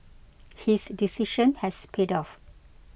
his decision has paid off